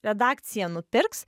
redakcija nupirks